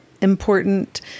important